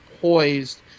poised